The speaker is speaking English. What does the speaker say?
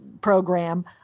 program